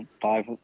five